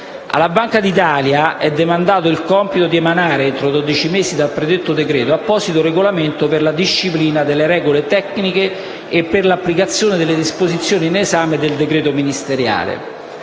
Alla Banca d'Italia è demandato il compito di emanare, entro dodici mesi dal predetto decreto, apposito regolamento per la disciplina delle regole tecniche e per l'applicazione delle disposizioni in esame del decreto ministeriale.